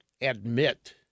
admit